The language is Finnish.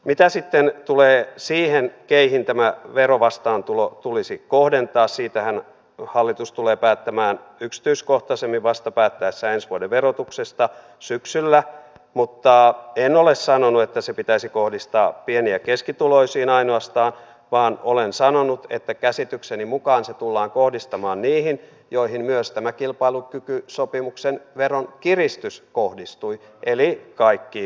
mitä sitten tulee siihen keihin tämä verovastaantulo tulisi kohdentaa siitähän hallitus tulee päättämään yksityiskohtaisemmin vasta päättäessään ensi vuoden verotuksesta syksyllä mutta en ole sanonut että se pitäisi kohdistaa pieni ja keskituloisiin ainoastaan vaan olen sanonut että käsitykseni mukaan se tullaan kohdistamaan niihin joihin myös tämä kilpailukykysopimuksen veronkiristys kohdistui eli kaikkiin palkansaajiin